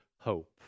hope